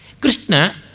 Krishna